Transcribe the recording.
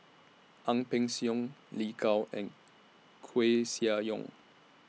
Ang Peng Siong Lin Gao and Koeh Sia Yong